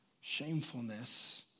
shamefulness